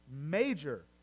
major